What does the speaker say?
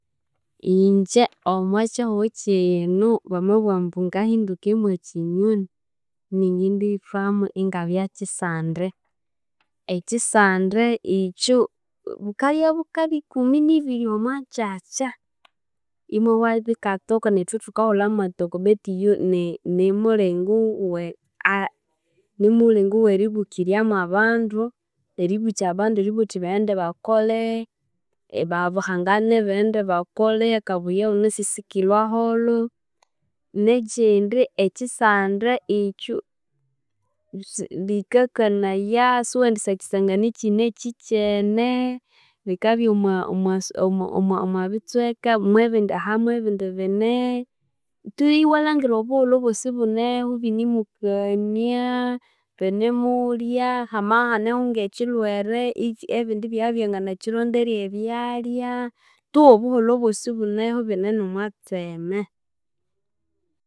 Ingye omwakihughu kino bamabugha ambu ngahinduke mw'ekinyonyi iningendithwamo ingabya kisande, ekisande ikyo bukabya bukabya ikumi n'ibiri, omwangyakya imowa bikatoka neryo ithwe thukahulha mwatoka betu iyo ni nimulenge ow'e nimulenge ow'eribukirya mw'abandu, eribukya abandu wuthi baghende bakolhe babo hangane baghende bakolhe akabuya wunasi sikilwa holo, n'ekindi ekisande ikyo si likakanaya siwendisyakisangana ikine ikyikyene bikabya omwa omwas omwa omwabitsweka mw'ebindi ahamw'ebindi binee, tu iwalhangira obuholho obw'osi ibuneho ibinemukaniaa, binemulyaa, hamabya ihaneho n'ekilwere, ikya ebindi ibyabya ibyanginakironderya ebyalyaa, tu obuholho obw'osi ibwabya ibuneho ibine n'omwa tseme.